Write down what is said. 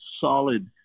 solid